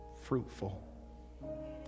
fruitful